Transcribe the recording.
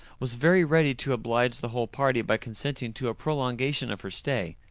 was very ready to oblige the whole party by consenting to a prolongation of her stay,